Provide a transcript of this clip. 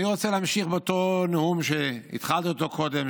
אני רוצה להמשיך באותו נאום שהתחלנו קודם,